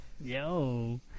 Yo